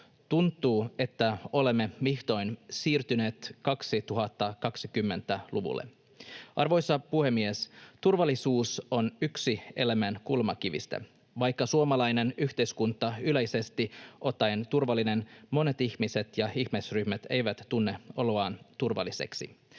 Tuntuu, että olemme vihdoin siirtyneet 2020-luvulle. Arvoisa puhemies! Turvallisuus on yksi elämän kulmakivistä. Vaikka suomalainen yhteiskunta yleisesti ottaen on turvallinen, monet ihmiset ja ihmisryhmät eivät tunne oloaan turvalliseksi.